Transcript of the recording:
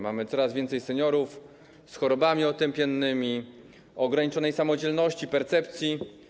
Mamy coraz więcej seniorów, osób z chorobami otępiennymi, o ograniczonej samodzielności, percepcji.